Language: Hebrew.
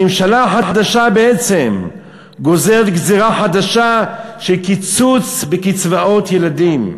הממשלה החדשה בעצם גוזרת גזירה חדשה של קיצוץ בקצבאות הילדים.